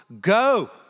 go